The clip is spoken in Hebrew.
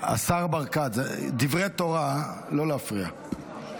השר ברקת, זה דברי תורה, לא להפריע.